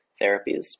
therapies